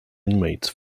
inmates